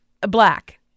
black